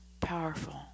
powerful